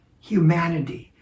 humanity